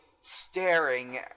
staring